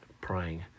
praying